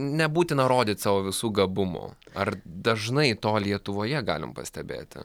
nebūtina rodyt savo visų gabumų ar dažnai to lietuvoje galim pastebėti